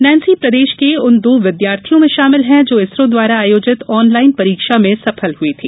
Nancy प्रदेश के उन दो विद्यार्थियों में शामिल है जो इसरोँ द्वारा आयोजित ऑनलाइन परीक्षा में सफल हुई थी